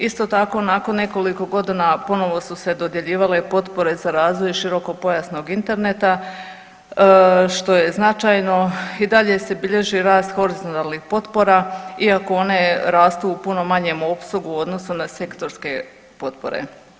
Isto tako nakon nekoliko godina ponovno su se dodjeljivale potpore za razvoj široko-pojasnog interneta, što je značajno, i dalje se bilježi rast horizontalnih potpora iako one rastu u puno manjem opsegu u odnosu na sektorske potpore.